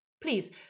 Please